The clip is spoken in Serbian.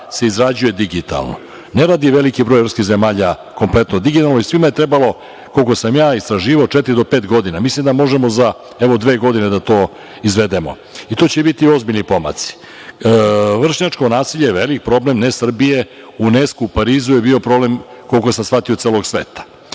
se izrađuje digitalno. Ne radi veliki broj evropskih zemalja kompletno digitalno i svima je trebalo, koliko sam ja istraživao, četiri do pet godina. Mislim da možemo za dve godine to da izvedemo i to će biti ozbiljni pomaci. Vršnjačko nasilje je veliki problem, ne Srbije, UNESKO, u Parizu je bio problem, to je problem celog sveta.